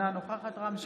אינה נוכחת רם שפע,